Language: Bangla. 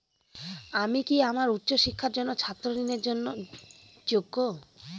আমি কি আমার উচ্চ শিক্ষার জন্য ছাত্র ঋণের জন্য যোগ্য?